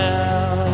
now